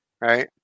right